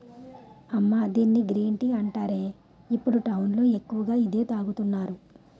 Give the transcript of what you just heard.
అమ్మా దీన్ని green tea అంటారే, ఇప్పుడు టౌన్ లో ఎక్కువగా ఇదే తాగుతున్నారు